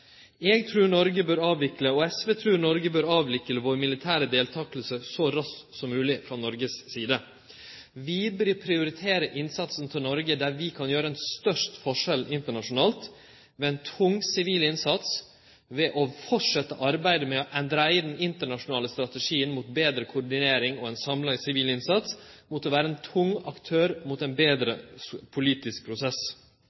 Eg – og SV – trur Noreg bør avvikle si militære deltaking så raskt som mogleg. Vi bør prioritere innsatsen til Noreg der vi kan gjere størst forskjell internasjonalt – ved ein tung sivil innsats, ved å halde fram med arbeidet for å dreie den internasjonale strategien mot betre koordinering og ein samla sivil innsats og gjennom å vere ein tung aktør mot ein